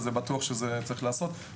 בטוח שצריך לעשות את זה.